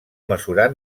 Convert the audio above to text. mesurar